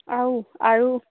আৰু আৰু